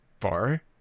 far